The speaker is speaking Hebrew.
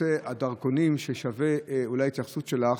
בנושא הדרכונים, ששווה אולי התייחסות שלך.